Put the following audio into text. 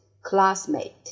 classmate